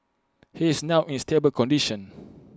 he is now in stable condition